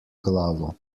glavo